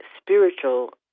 spiritual